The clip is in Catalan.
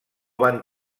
van